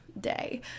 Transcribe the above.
day